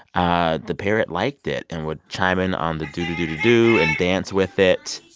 ah the parrot liked it and would chime in on the doo-doo-doo-doo-doo and dance with it